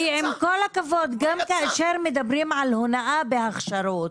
כי עם כל הכבוד, גם כאשר מדברים בהונאה בהכשרות,